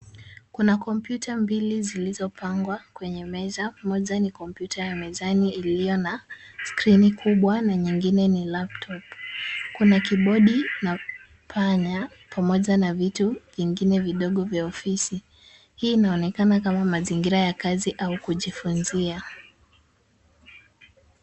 Kuna kompyuta mbili zilizopangwa kwenye meza, moja ni kompyuta ya mezani iliyo na skrini kubwa na nyingine ni laptop . Kuna kibodi na panya, pamoja na vitu vingine vidogo vya ofisi. Hii inaonekana kama mazingira ya kazi au kujifunzia.